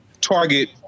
target